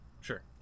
Sure